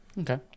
Okay